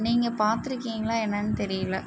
நீங்கள் பாத்திருக்கீங்களா என்னன்னு தெரியல